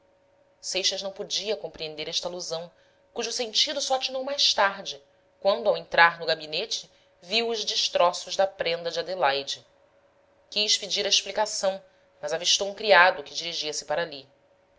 seixas não podia compreender esta alusão cujo sentido só atinou mais tarde quando ao entrar no gabinete viu os destroços da prenda de adelaide quis pedir a explicação mas avistou um criado que dirigia-se para